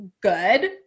good